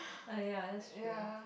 err ya that's true